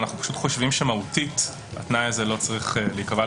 אבל אנחנו חושבים שמהותית התנאי הזה לא צריך להיקבע,